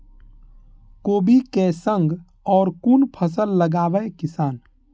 कोबी कै संग और कुन फसल लगावे किसान?